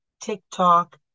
TikTok